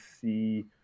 see